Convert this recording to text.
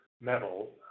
metal